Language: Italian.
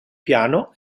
piano